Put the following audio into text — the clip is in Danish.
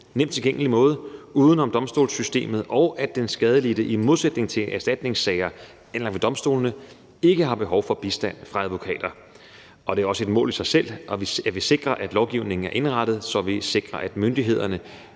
let tilgængelig måde uden om domstolssystemet, og at den skadelidte, i modsætning til hvis erstatningssager ender ved domstolene, ikke har behov for bistand fra advokater. Det er også et mål i sig selv, at vi sikrer, at lovgivningen er indrettet, så vi sikrer, at myndighederne